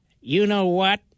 you-know-what